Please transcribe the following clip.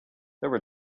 there